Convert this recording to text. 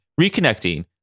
reconnecting